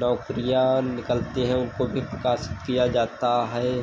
नौकरियाँ निकलती हैं उनको भी प्रकाशित किया जाता है